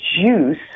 juice